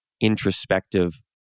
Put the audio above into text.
introspective